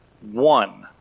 One